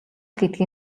гэдэг